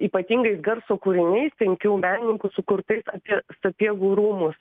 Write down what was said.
ypatingais garso kūriniais penkių menininkų sukurtais apie sapiegų rūmus